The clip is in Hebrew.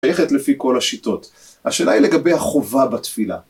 ללכת לפי כל השיטות, השאלה היא לגבי החובה בתפילה